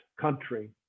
country